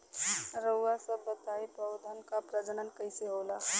रउआ सभ बताई पौधन क प्रजनन कईसे होला?